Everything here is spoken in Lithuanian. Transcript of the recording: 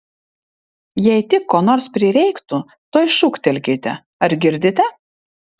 jei tik ko nors prireiktų tuoj šūktelkite ar girdite